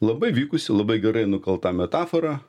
labai vykusi labai gerai nukalta metafora